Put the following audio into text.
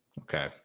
Okay